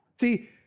See